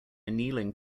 annealing